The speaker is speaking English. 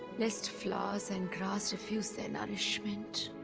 lest flowers and grass refuse their nourishment.